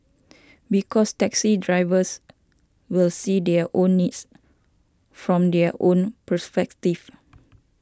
because taxi drivers will see their own needs from their own perspective